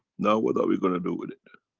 now, what are we gonna do with it?